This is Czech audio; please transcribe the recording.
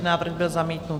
Návrh byl zamítnut.